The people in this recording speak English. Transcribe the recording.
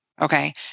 Okay